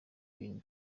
ibintu